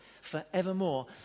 forevermore